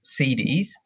CDs